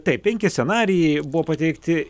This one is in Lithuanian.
taip penki scenarijai buvo pateikti